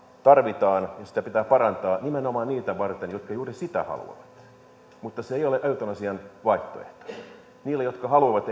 tarvitaan ja sitä pitää parantaa nimenomaan niitä varten jotka juuri sitä haluavat mutta se ei ole eutanasian vaihtoehto niille jotka haluavat